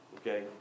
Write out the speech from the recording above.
okay